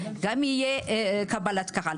גם תהיה קבלת קהל.